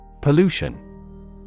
Pollution